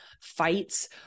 fights